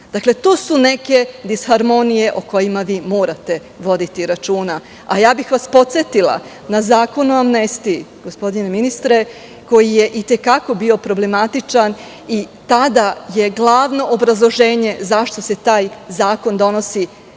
To su neke disharmonije o kojima vi morate voditi računa, a ja bih vas podsetila na Zakon o amnestiji, gospodine ministre, koji je i te kako bio problematičan. Tada je glavno obrazloženje zašto se taj zakon donosi